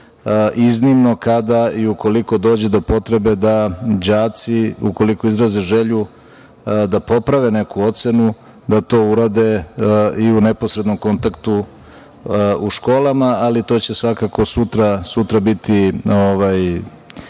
iznimno kada i ukoliko dođe do potrebe da đaci, ukoliko izraze želju da poprave neku ocenu, da to urade i u neposrednom kontaktu u školama, ali to će svakako sutra biti